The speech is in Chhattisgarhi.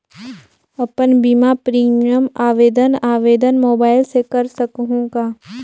अपन बीमा प्रीमियम आवेदन आवेदन मोबाइल से कर सकहुं का?